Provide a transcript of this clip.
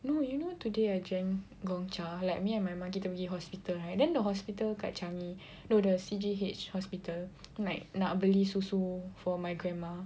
no you know today I drank Gong Cha like me and my mum kita pergi hospital right then the hospital kat Changi you know the C_G_H hospital like nak beli susu for my grandma